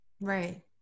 Right